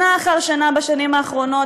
שנה אחר שנה בשנים האחרונות,